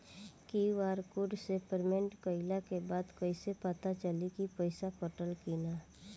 QR code से payment कईला के बाद कईसे पता चली की पैसा कटल की ना?